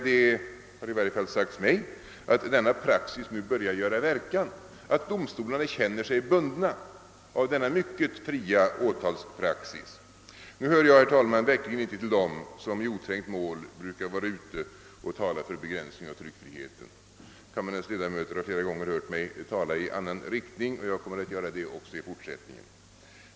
Det har i varje fall sagts mig att denna praxis nu börjar göra verkan på så sätt, att domstolarna känner sig bundna av denna mycket fria åtalspraxis. Jag brukar verkligen inte, herr talman, i oträngt mål tala för en begränsning av tryckfriheten. Kammarens 1ledamöter har flera gånger hört mig tala i annan riktning, och jag kommer att göra det också i fortsättningen.